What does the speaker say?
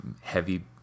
heavy